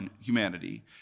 humanity